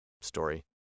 story